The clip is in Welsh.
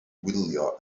wylio